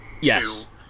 Yes